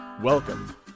Welcome